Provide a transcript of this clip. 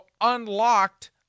unlocked